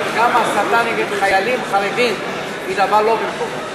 גם ההסתה נגד חיילים חרדים היא דבר לא במקומו.